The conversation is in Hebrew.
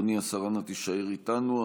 אדוני השר, אנא תישאר איתנו.